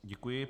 Děkuji.